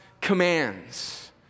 commands